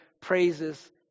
praises